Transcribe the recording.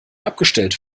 abgestellt